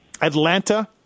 Atlanta